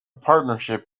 partnership